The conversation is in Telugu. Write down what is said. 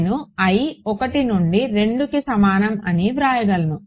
నేను i 1 నుండి 2కి సమానం అని వ్రాయగలను